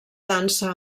dansa